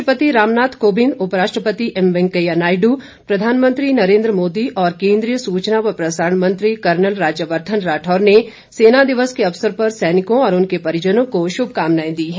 राष्ट्रपति रामनाथ कोविंद उपराष्ट्रपति एम वेंकैया नायडू प्रधानमंत्री नरेन्द्र मोदी और केन्द्रीय सूचना व प्रसारण मंत्री कर्नल राज्य वर्धन राठौड़ ने सेना दिवस के अवसर पर सैनिकों और उनके परिजनों को शुभकामनाएं दी हैं